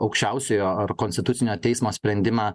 aukščiausiojo ar konstitucinio teismo sprendimą